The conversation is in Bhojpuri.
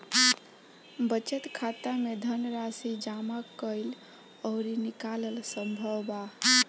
बचत खाता में धनराशि जामा कईल अउरी निकालल संभव बा